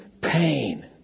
pain